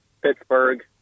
Pittsburgh